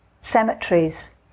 cemeteries